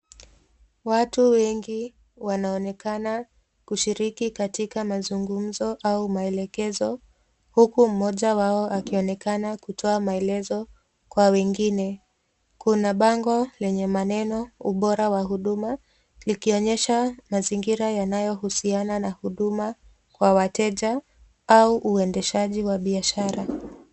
Watu wengi wanaonekana kushiriki katika mazungumzo au maelekezo huku mmoja wao akionekana kutoa maelezo kwa wengine. Kuna bango lenye maneno ubora wa huduma, ikionyesha mazingira inayohusiana na huduma kwa wateja au uendeshaji wa biashara.